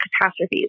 catastrophes